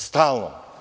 Stalno.